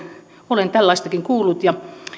olen tällaistakin kuullut ja